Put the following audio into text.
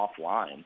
offline